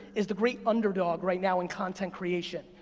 is the great underdog right now in content creation.